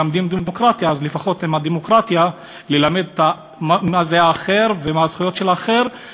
ולהעניק קרקע פורייה למגוון הדעות בסוגיות אקטואליות